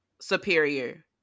superior